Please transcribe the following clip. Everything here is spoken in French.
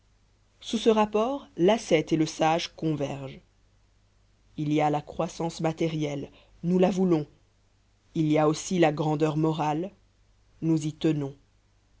sous ce rapport l'ascète et le sage convergent il y a la croissance matérielle nous la voulons il y a aussi la grandeur morale nous y tenons